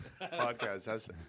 podcast